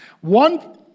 One